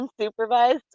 unsupervised